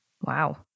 Wow